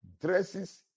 dresses